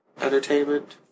Entertainment